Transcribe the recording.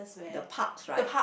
the parks right